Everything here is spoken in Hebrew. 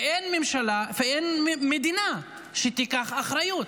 ואין ממשלה ואין מדינה שייקחו אחריות.